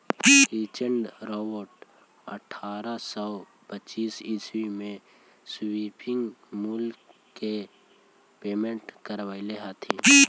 Richard Robert अट्ठरह सौ पच्चीस ईस्वी में स्पीनिंग म्यूल के पेटेंट करवैले हलथिन